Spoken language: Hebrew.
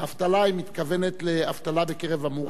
האבטלה, היא מתכוונת לאבטלה בקרב המורים.